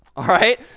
all right.